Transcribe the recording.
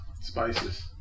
Spices